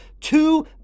two